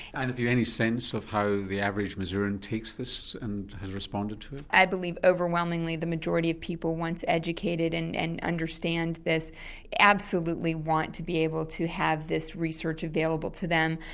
and have you any sense of how the average missourian takes this and has responded to it? i believe overwhelmingly the majority of people once educated and and understand this absolutely want to be able to have this research available to them.